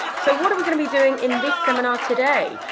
so what are we going to be doing in this seminar today?